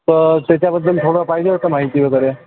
तर त्याच्याबद्दल थोडं पाहिजे होतं माहिती वगैरे